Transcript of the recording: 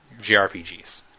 JRPGs